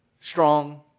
Strong